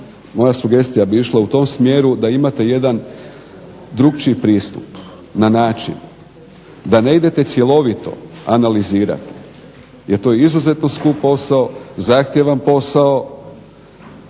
moja sugestija bi išla u tom smjeru da imate jedan drukčiji pristup na način da ne idete cjelovito analizirati, jer to je izuzetno skup posao, zahtjevan posao